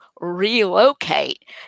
relocate